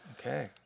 Okay